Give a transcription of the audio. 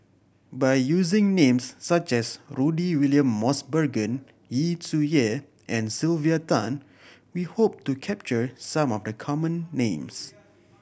by using names such as Rudy William Mosbergen Yu Zhuye and Sylvia Tan we hope to capture some of the common names